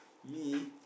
me